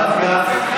אחר כך,